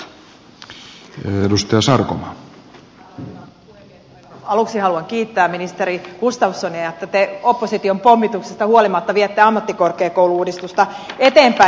aivan aluksi haluan kiittää ministeri gustafssonia siitä että te opposition pommituksesta huolimatta viette ammattikorkeakoulu uudistusta eteenpäin